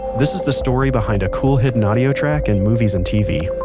this is the story behind a cool hidden audio track in movies and tv